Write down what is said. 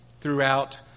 throughout